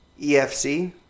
EFC